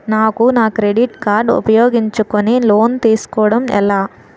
నాకు నా credit card ఉపయోగించుకుని లోన్ తిస్కోడం ఎలా?